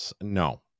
No